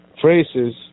phrases